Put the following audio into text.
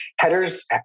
Headers